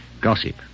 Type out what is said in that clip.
gossip